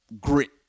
grit